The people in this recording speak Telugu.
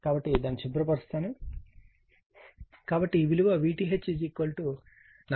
కాబట్టి ఈ విలువ VTH 45